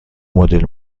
مدل